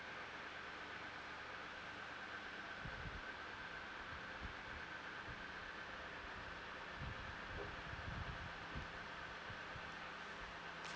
mm mm